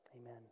amen